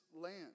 land